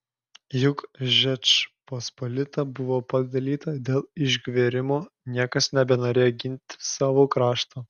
juk žečpospolita buvo padalyta dėl išgverimo niekas nebenorėjo ginti savo krašto